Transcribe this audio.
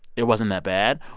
it wasn't that bad.